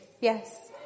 yes